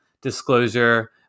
Disclosure